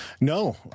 No